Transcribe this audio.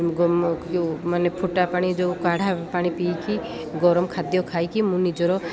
ମାନେ ଫୁଟା ପାଣି ଯେଉଁ କାଢ଼ା ପାଣି ପିଇକି ଗରମ ଖାଦ୍ୟ ଖାଇକି ମୁଁ ନିଜର